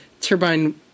Turbine